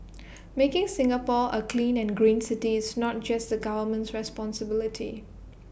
making Singapore A clean and green city is not just the government's responsibility